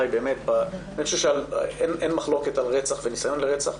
אין מחלוקת על רצח וניסיון לרצח,